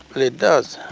it does.